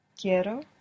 Quiero